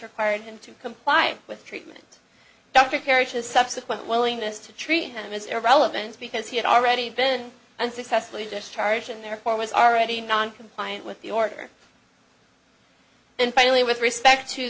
required him to comply with treatment dr parishes subsequent willingness to treat him is irrelevant because he had already been unsuccessfully discharged and therefore was already non compliant with the order and finally with respect to